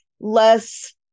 less